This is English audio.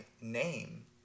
name